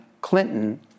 Clinton